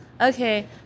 okay